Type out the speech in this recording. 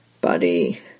buddy